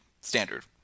Standard